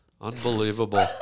Unbelievable